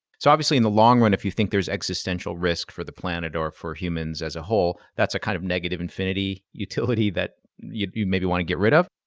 it's obviously in the long run, if you think there's existential risk for the planet or for humans as a whole, that's a kind of negative infinity utility that you maybe want to get rid of.